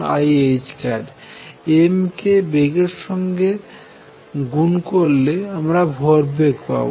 m কে বেগের সঙ্গে গুণ করলে আমার ভরবেগ পাবো